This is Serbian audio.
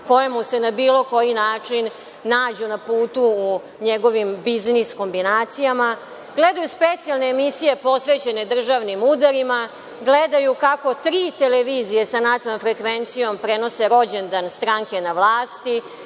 koje mu se na bilo koji način nađu na putu, njegovim biznis kombinacijama, gledaju specijalne emisije posvećene državnim udarima, gledaju kako tri televizije sa nacionalnom frekvencijom prenose rođendan stranke na vlasti